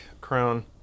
crown